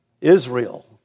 Israel